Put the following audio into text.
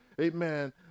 amen